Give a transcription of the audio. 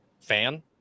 fan